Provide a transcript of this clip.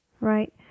Right